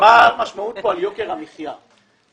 מה המשמעות על יוקר המחייה כאן.